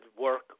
work